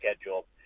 schedule